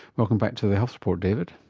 welcome back to the health report david.